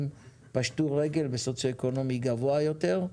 שפשטו רגל בסוציו-אקונומי גבוה יותר,